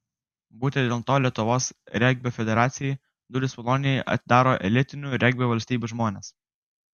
būtent dėl to lietuvos regbio federacijai duris maloniai atidaro elitinių regbio valstybių žmonės